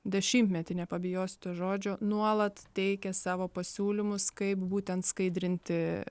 dešimtmetį nepabijos to žodžio nuolat teikė savo pasiūlymus kaip būtent skaidrinti